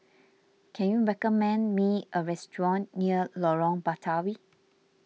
can you recommend me a restaurant near Lorong Batawi